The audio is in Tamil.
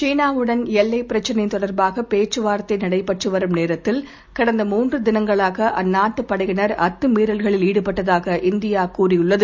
சீனாவுடன்எல்லைப்பிரச்னைதொடர்பாகபேச்சுவார்த் தைநடைபெற்றுவரும்நேரத்தில் கடந்தமூன்றுதினங்களாகஅந்நாட்டுபடையினர்அத்துமீ றல்களில்ஈடுபட்டதாகஇந்தியாதெரிவித்துள்ளது